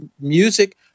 music